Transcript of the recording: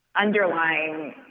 underlying